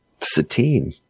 Satine